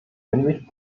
hinsicht